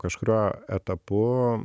kažkuriuo etapu